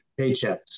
paychecks